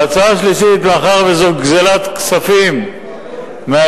וההצעה השלישית, מאחר שזו גזלת כספים מהאזרח,